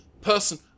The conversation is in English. person